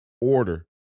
order